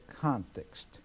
context